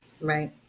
Right